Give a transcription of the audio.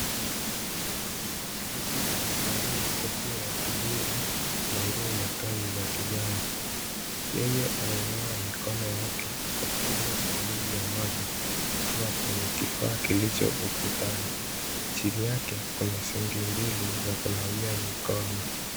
Mtu amevalia kofia ya kijivu na nguo za kazi za kijani. Yeye ananawa mikono yake kutumia sabuni ya maji kutoka kwa kifaa kilicho ukutana. Chini yake kuna sinki ya kunawia mikono.